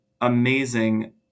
amazing